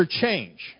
change